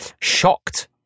shocked